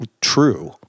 true